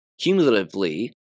Cumulatively